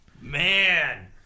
Man